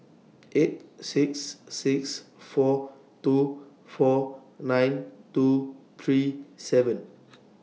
eight six six four two four nine two three seven